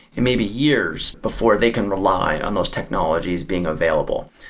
it may be years before they can rely on those technologies being available.